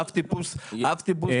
אב טיפוס נגמר,